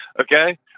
Okay